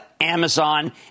Amazon